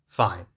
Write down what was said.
Fine